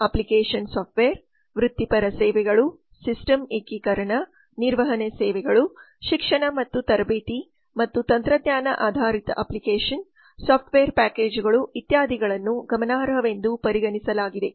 application software ವೃತ್ತಿಪರ ಸೇವೆಗಳು system ಏಕೀಕರಣ ನಿರ್ವಹಣೆ ಸೇವೆಗಳು ಶಿಕ್ಷಣ ಮತ್ತು ತರಬೇತಿ ಮತ್ತು ತಂತ್ರಜ್ಞಾನ ಆಧಾರಿತ ಅಪ್ಲಿಕೇಶನ್ ಸಾಫ್ಟ್ವೇರ್ ಪ್ಯಾಕೇಜುಗಳು ಇತ್ಯಾದಿಗಳನ್ನು ಗಮನಾರ್ಹವೆಂದು ಪರಿಗಣಿಸಲಾಗಿದೆ